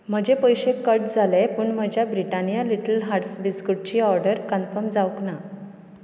म्हजे पयशे कट जाले पूण म्हज्या ब्रिटानिया लिट्टल हाट्स बिस्कुटची ऑडर कन्फम जावंक ना